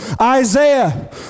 Isaiah